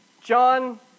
John